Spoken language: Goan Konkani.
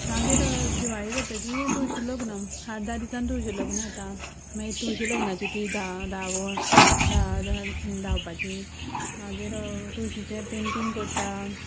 मागीर दिवाळी जातकीर तुळशी लग्न आठ धा दिसांन तुळशी लग्न येता मागीर तुळशी लग्नाची ती धा धावण धांव धांव धांवपाची मागीर तुळशीचें पॅंटिंग करता